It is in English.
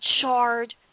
charred